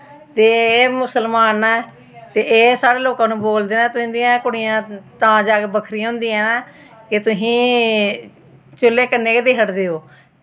ते एह् मुस्लमान न ते एह् साढ़े लोकां नू बोलदे न तुं'दियां कुड़ियां तां जाई बक्खरियां होंदियां न के तुसीं चूह्ल्लै कन्नै गै छड़दे ओ